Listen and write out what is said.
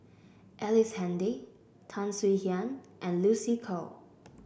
Ellice Handy Tan Swie Hian and Lucy Koh